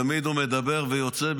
תמיד הוא מדבר ויוצא,